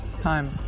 Time